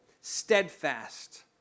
steadfast